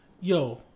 Yo